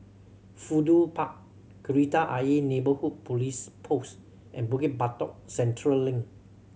Fudu Park Kreta Ayer Neighbourhood Police Post and Bukit Batok Central Link